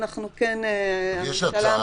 והממשלה